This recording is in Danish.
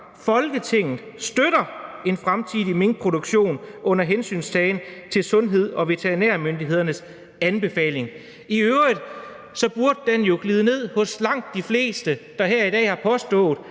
Folketinget støtter en fremtidig minkproduktion under hensyntagen til sundheds- og veterinærmyndighedernes anbefalinger.« Det er jo den ramme, der skal være for drøftelserne. Jeg forstår